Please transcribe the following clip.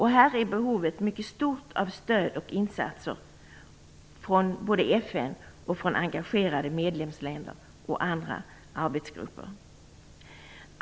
Här är behovet av stöd och insatser från FN, från engagerade medlemsländer och andra arbetsgrupper mycket stort.